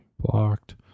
blocked